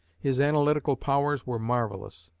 his analytical powers were marvellous.